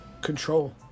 control